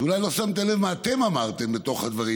שאולי לא שמתם לב מה אתם אמרתם בתוך הדברים.